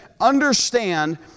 understand